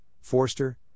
Forster